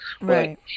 Right